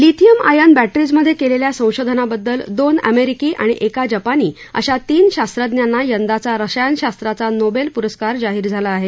lithium ion batteries मध्ये केलेल्या संशोधनाबद्दल दोन अमेरिकी आणि एका जपानी अशा तीन शास्त्रज्ञांना यंदाचा रसायनशास्त्राचा नोबेल पुरस्कार जाहीर झाला आहे